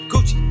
Gucci